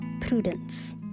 prudence